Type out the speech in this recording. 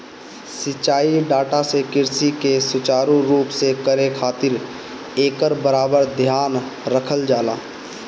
सिंचाई डाटा से कृषि के सुचारू रूप से करे खातिर एकर बराबर ध्यान रखल जाला